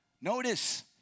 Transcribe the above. Notice